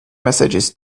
messages